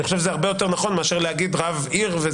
אני חושב שזה הרבה יותר נכון מאשר להגיד רב עיר.